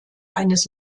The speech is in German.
eines